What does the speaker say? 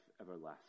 everlasting